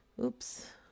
oops